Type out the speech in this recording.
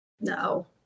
No